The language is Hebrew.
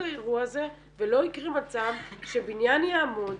האירוע הזה ולא יקרה מצב שבניין יעמוד